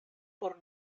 por